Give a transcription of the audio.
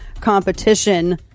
competition